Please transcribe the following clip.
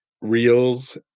reels